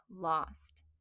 lost